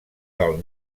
del